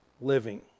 living